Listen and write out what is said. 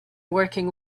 working